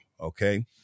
okay